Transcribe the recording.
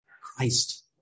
Christ